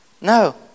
No